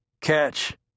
Catch